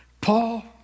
Paul